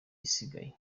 isigaye